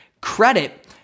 credit